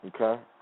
Okay